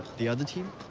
the other team?